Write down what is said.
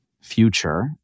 future